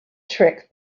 trick